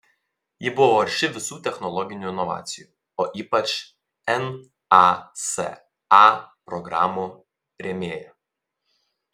ji buvo arši visų technologinių inovacijų o ypač nasa programų rėmėja